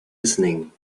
listening